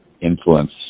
influence